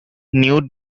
new